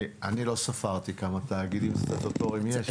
אני לא ספרתי כמה תאגידים סטטוטוריים יש.